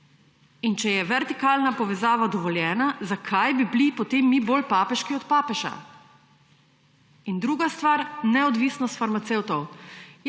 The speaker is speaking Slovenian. In če je vertikalna povezava dovoljena, zakaj bi bili potem mi bolj papeški od papeža? In druga stvar, neodvisnost farmacevtov.